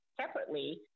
separately